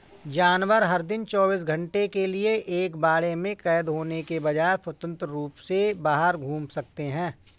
जानवर, हर दिन चौबीस घंटे के लिए एक बाड़े में कैद होने के बजाय, स्वतंत्र रूप से बाहर घूम सकते हैं